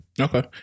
Okay